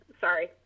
sorry